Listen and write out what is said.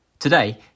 Today